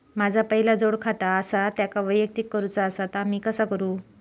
माझा पहिला जोडखाता आसा त्याका वैयक्तिक करूचा असा ता मी कसा करू?